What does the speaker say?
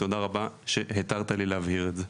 תודה רבה שהתרת לי להבהיר את זה.